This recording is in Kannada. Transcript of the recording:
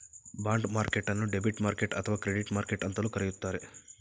ಬಾಂಡ್ ಮಾರ್ಕೆಟ್ಟನ್ನು ಡೆಬಿಟ್ ಮಾರ್ಕೆಟ್ ಅಥವಾ ಕ್ರೆಡಿಟ್ ಮಾರ್ಕೆಟ್ ಅಂತಲೂ ಕರೆಯುತ್ತಾರೆ